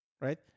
right